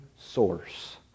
source